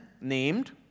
named